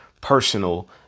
personal